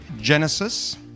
Genesis